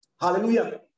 Hallelujah